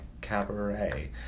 Cabaret